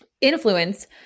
influence